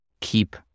Keep